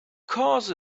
course